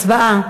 הצבעה.